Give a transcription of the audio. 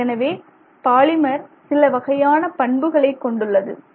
ஏற்கனவே பாலிமர் சிலவகையான பண்புகளை கொண்டுள்ளது